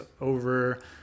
over